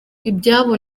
ibyabo